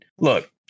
look